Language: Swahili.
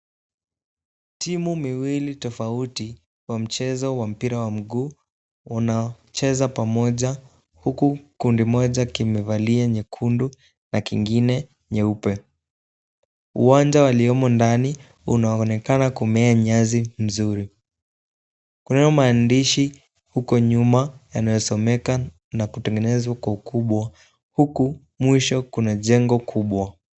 Timu miwili tofauti za mchezo wa mpira wa mguu wanacheza pamoja, huku kundi kimevalia nyekundu na kingine nyeupe, uwanja waliomo ndani unaoonekana kumea nyasi nzuri, kunayo maandishi huko nyuma yanayosomeka na kutengenezwa kwa ukubwa, huku mwisho kuna jengo kubwa.